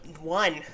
one